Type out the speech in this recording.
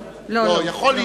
לא,